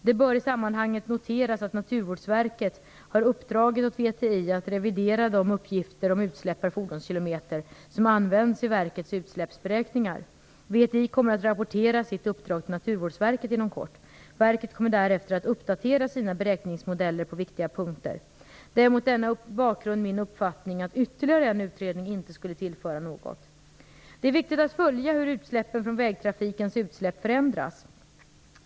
Det bör i sammanhanget noteras att Naturvårdsverket har uppdragit åt VTI att revidera de uppgifter om utsläpp per fordonskilometer som används i verkets utsläppsberäkningar. VTI kommer att rapportera sitt uppdrag till Naturvårdsverket inom kort. Verket kommer därefter att uppdatera sina beräkningsmodeller på viktiga punkter. Det är mot denna bakgrund min uppfattning att ytterligare en utredning inte skulle tillföra något. Det är viktigt att följa hur utsläppen från vägtrafiken förändras.